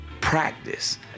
practice